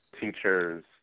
teachers